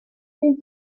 den